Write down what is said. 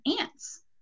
ants